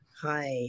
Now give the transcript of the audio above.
Hi